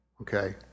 Okay